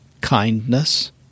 kindness